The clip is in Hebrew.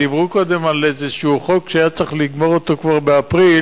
דיברו קודם על איזה חוק שהיה צריך לגמור אותו כבר באפריל,